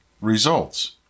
results